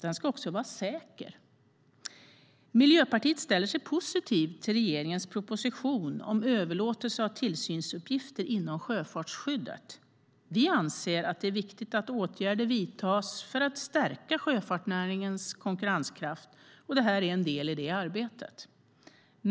Den ska också vara säker. Miljöpartiet ställer sig positivt till regeringens proposition om överlåtelse av tillsynsuppgifter inom sjöfartsskyddet. Vi anser att det är viktigt att åtgärder vidtas för att stärka sjöfartsnäringens konkurrenskraft, och detta är en del i det arbetet.